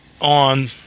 on